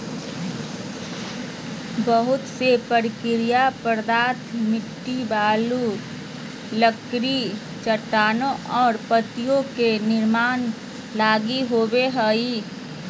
बहुत से प्राकृतिक पदार्थ मिट्टी, बालू, लकड़ी, चट्टानें और पत्तियाँ के निर्माण लगी होबो हइ